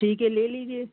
ठीक है ले लीजिए